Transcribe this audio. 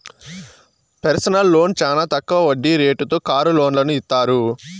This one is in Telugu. పెర్సనల్ లోన్ చానా తక్కువ వడ్డీ రేటుతో కారు లోన్లను ఇత్తారు